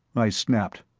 i snapped.